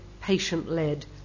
patient-led